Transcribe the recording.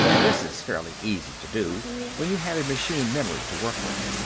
this is fairly easy to do when you have a machine memory to work with.